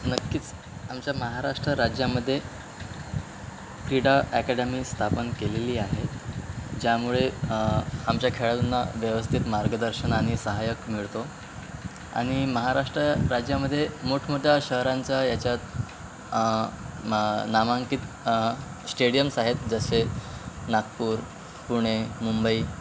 नक्कीच आमच्या महाराष्ट्र राज्यामध्ये क्रीडा ॲकॅडमी स्थापन केलेली आहे ज्यामुळे आमच्या खेळांडूना व्यवस्थित मार्गदर्शन आणि सहाय्यक मिळतो आणि महाराष्ट्र राज्यामध्ये मोठमोठ्या शहरांच्या याच्यात मा नामांकित स्टेडियम्स आहेत जसे नागपूर पुणे मुंबई